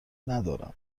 ندارم